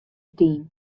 team